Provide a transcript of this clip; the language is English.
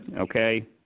Okay